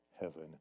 heaven